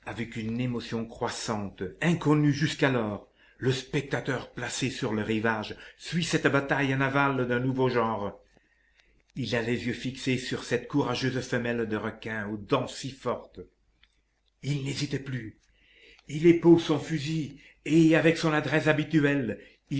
une émotion croissante inconnue jusqu'alors le spectateur placé sur le rivage suit cette bataille navale d'un nouveau genre il a les yeux fixés sur cette courageuse femelle de requin aux dents si fortes il n'hésite plus il épaule son fusil et avec son adresse habituelle